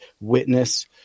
witness